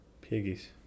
piggies